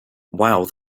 wow